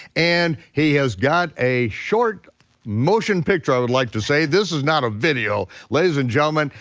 and he has got a short motion picture, i would like to say. this is not a video, ladies and gentlemen.